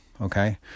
okay